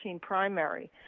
primary